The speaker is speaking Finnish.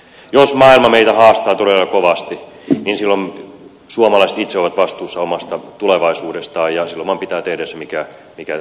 jos maailma meitä haastaa todella kovasti niin silloin suomalaiset itse ovat vastuussa omasta tulevaisuudestaan ja silloin vaan pitää tehdä se mikä pitää tehdä